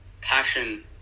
passion